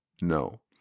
no